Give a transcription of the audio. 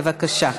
בבקשה.